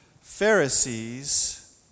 Pharisees